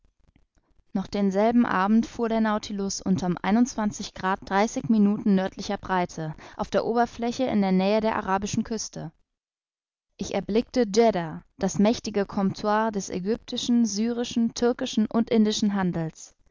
noch denselben abend fuhr der naus unterm minuten nördlicher breite auf der oberfläche in die nähe der arabischen küste ich erblickte djedda das mächtige comptoir des ägyptischen syrischen türkischen und indischen handels